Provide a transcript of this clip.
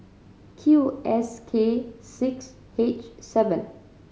Q S K six H seven